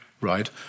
right